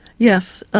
yes, ah